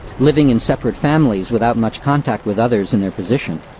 living in separate families without much contact with others in their position,